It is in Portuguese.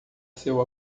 seu